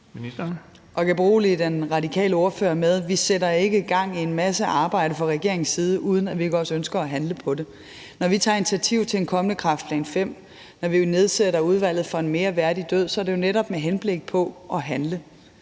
Jeg kan berolige den radikale ordfører med, at vi ikke sætter gang i en masse arbejde fra regeringens side, uden at vi også ønsker at handle på det. Når vi tager initiativ til en kommende kræftplan V, og når vi nedsætter Udvalget for en mere værdig død, så er det jo netop med henblik på at handle